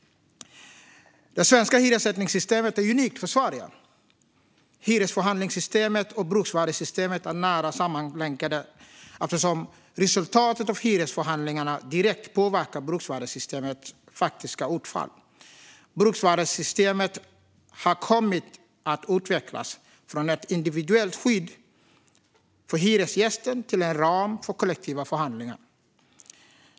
Det svenska hyressättningssystemet är unikt för Sverige. Hyresförhandlingssystemet och bruksvärdessystemet är nära sammanlänkade eftersom resultatet av hyresförhandlingarna direkt påverkar bruksvärdessystemets faktiska utfall. Bruksvärdessystemet har kommit att utvecklas från ett individuellt skydd för hyresgästen till en ram för kollektiva förhandlingar.